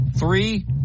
Three